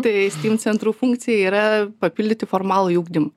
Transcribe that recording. tai steam centrų funkcija yra papildyti formalųjį ugdymą